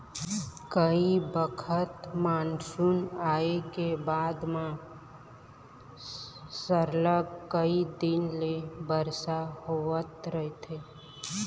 कइ बखत मानसून आए के बाद म सरलग कइ दिन ले बरसा होवत रहिथे